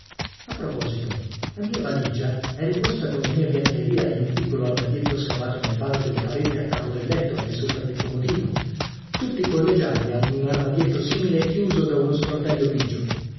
a proposito la mia valigia è riposta con la mia biancheria in un piccolo armadietto scavato nel vano della parete a capo del letto al disopra del comodino tutti i collegiali hanno un armadietto simile chiuso da uno sportello bigio